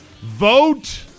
Vote